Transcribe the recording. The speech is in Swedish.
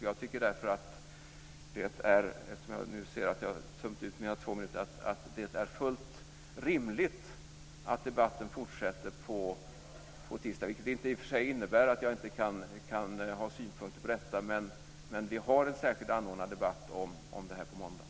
Jag tycker därför att det är fullt rimligt att debatten fortsätter på måndag, vilket i och för sig inte innebär att jag inte kan ha synpunkter på detta. Men vi har alltså en särskilt anordnad debatt om detta på måndag.